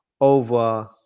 over